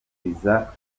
viza